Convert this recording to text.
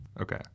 Okay